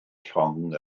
llong